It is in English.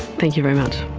thank you very much.